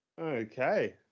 Okay